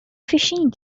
fishing